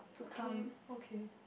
okay okay